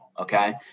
Okay